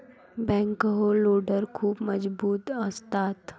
backhoe loader खूप मजबूत असतात